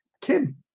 Kim